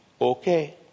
Okay